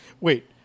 Wait